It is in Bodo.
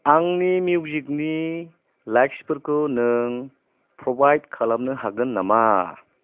आंनि मिउजिकनि लाइक्सफोरखौ नों प्रभाइड खालामनो हागोन नामा